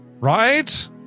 right